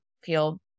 feel